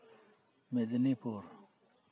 Medinipur